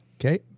Okay